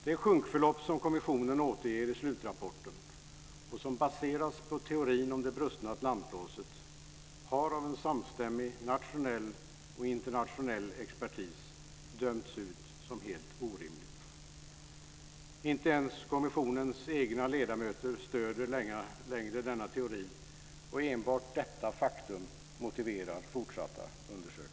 Det sjunkförlopp som kommissionen återger i slutrapporten och som baseras på teorin om det brustna atlantlåset har av en samstämmig nationell och internationell expertis dömts ut som helt orimligt. Inte ens kommissionens egna ledamöter stöder längre denna teori, och enbart detta faktum motiverar fortsatta undersökningar.